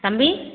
தம்பி